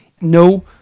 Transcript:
no